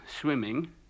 swimming